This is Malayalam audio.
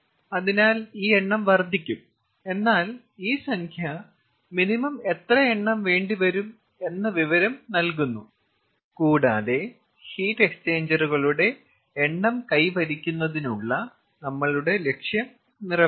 അതിനാൽ ഈ എണ്ണം വർദ്ധിക്കും എന്നാൽ ഈ സംഖ്യ മിനിമം എത്ര എണ്ണം വേണ്ടി വരും എന്ന വിവരം നൽകുന്നു കൂടാതെ ഹീറ്റ് എക്സ്ചേഞ്ചറുകളുടെ എണ്ണം കൈവരിക്കുന്നതിനുള്ള നമ്മളുടെ ലക്ഷ്യം നിറവേറ്റാം